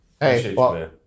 Hey